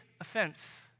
offense